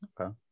Okay